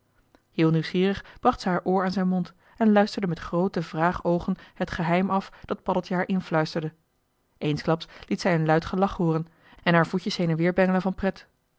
nieuwsgierig bracht ze haar oor aan zijn mond en luisterde met groote vraagoogen het geheim af dat paddeltje haar influisterde eensklaps liet zij een luid gelach hooren en haar voetjes heen en weer bengelen van pret